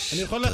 אני יכול להתחיל?